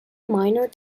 minor